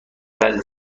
بعد